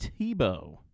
Tebow